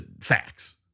facts